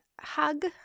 Hug